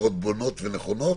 בונות ונכונות.